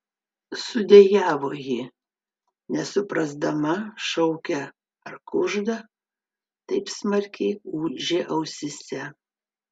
sudejavo ji nesuprasdama šaukia ar kužda taip smarkiai ūžė ausyse